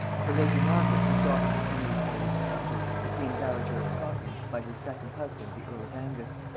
the lady margaret was daughter to henry's eldest sister, the queen-dowager of scotland, by her second husband the earl of angus.